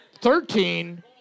thirteen